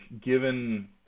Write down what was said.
given